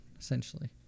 essentially